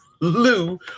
Lou